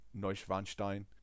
neuschwanstein